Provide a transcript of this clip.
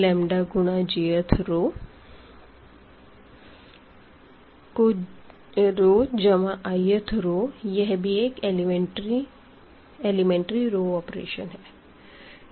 lambda गुणा j thरो जमा i th रो यह भी एक एलीमेंट्री रो ऑपरेशन है